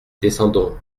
descendons